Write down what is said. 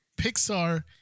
Pixar